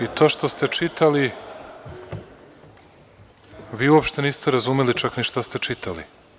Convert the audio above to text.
I to što ste čitali, vi uopšte niste razumeli čak ni šta ste čitali.